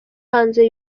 hanze